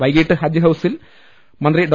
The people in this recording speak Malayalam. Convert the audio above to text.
വൈകീട്ട് ഹജ്ജ് ഹൌസിൽ മന്ത്രി ഡോ